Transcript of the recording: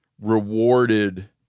rewarded